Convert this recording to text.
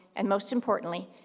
and most importantly,